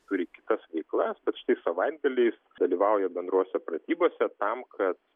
turi kitas veiklas tad štai savaitgaliais dalyvauja bendrose pratybose tam kad